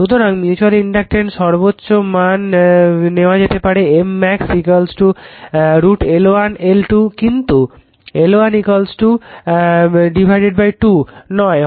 সুতরাং মিউচুয়াল ইনডাকটেন্সের সর্বোচ্চ মান নেওয়া যেতে পারে M max √ L1 L2 কিন্তু L1 2 নয়